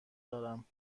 دارم